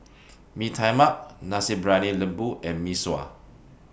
Mee Tai Mak Nasi Briyani Lembu and Mee Sua